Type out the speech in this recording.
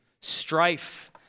strife